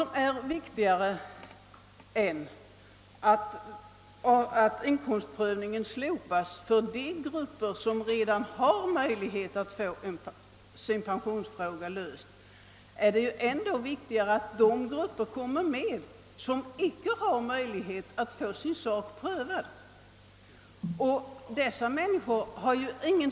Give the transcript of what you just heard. Men viktigare än att inkomstprövningen slopas för de grupper som redan har möjlighet att få sin pensionsfråga löst är att de grupper som icke har möjlighet att få sin sak prövad får komma med.